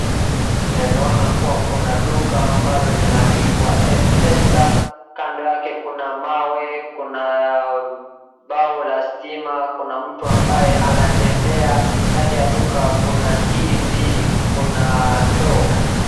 Naweza ona kuna duka ambalo limeandikwa Mpesa, kando yake kuna mawe, kuna mbao la stima, kuna mtu ambaye anatembea ndani ya duka, kuna ndizi, kuna ndoo.